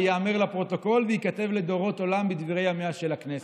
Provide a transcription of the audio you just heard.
וייאמר לפרוטוקול וייכתב לדורות עולם בדברי ימיה של הכנסת: